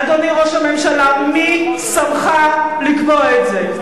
אדוני ראש הממשלה, מי שמך לקבוע את זה?